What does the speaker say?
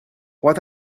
what